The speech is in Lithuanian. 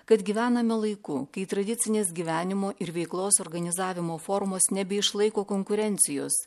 kad gyvename laiku kai tradicinės gyvenimo ir veiklos organizavimo formos nebeišlaiko konkurencijos